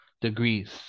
degrees